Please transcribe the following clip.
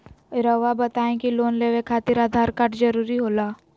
रौआ बताई की लोन लेवे खातिर आधार कार्ड जरूरी होला?